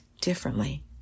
differently